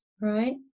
right